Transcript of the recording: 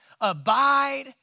abide